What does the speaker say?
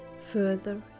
further